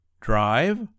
Drive